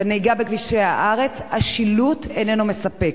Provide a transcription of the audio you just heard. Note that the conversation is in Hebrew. מנהיגה בכבישי הארץ: השילוט איננו מספק,